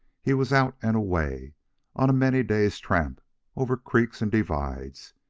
he was out and away on a many-days' tramp over creeks and divides,